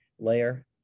layer